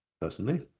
personally